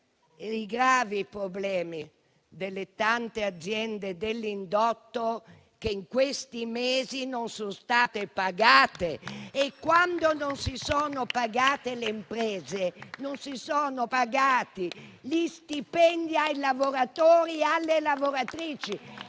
i gravi problemi delle tante aziende dell'indotto che in questi mesi non sono state pagate e, quando non si sono pagate le imprese, non si sono pagati gli stipendi ai lavoratori e alle lavoratrici.